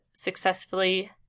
successfully –